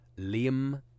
Liam